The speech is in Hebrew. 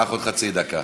קח עוד חצי דקה.